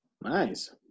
Nice